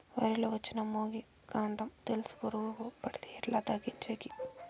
వరి లో వచ్చిన మొగి, కాండం తెలుసు పురుగుకు పడితే ఎట్లా తగ్గించేకి?